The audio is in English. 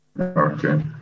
Okay